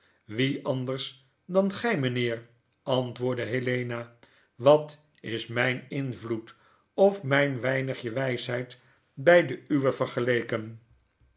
wie anders dan gij mynheer antwoordde helena wat is mijn invloed of mijn weinigje wijsheid bij de uwe